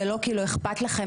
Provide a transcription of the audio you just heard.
ולא כי לא אכפת לכם,